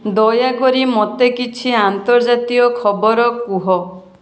ଦୟାକରି ମୋତେ କିଛି ଆନ୍ତର୍ଜାତୀୟ ଖବର କୁହ